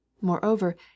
Moreover